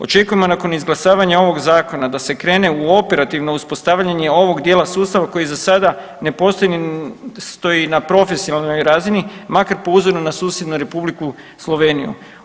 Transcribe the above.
Očekujemo nakon izglasavanja ovog zakona da se krene u operativno uspostavljanje ovog dijela sustava koji za sada ne postoji na profesionalnoj razini makar po uzoru na susjednu Republiku Sloveniju.